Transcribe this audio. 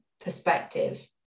perspective